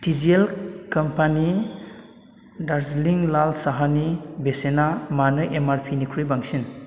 TGL company Darjeeling लाल साहानि बेसेना मानो एमआरपि निख्रुइ बांसिन